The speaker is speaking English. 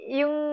yung